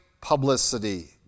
publicity